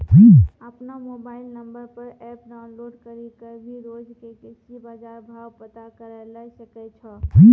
आपनो mobile number पर app download करी कॅ भी रोज के कृषि बाजार भाव पता करै ल सकै छो